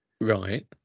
Right